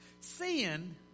Sin